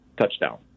touchdown